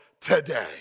today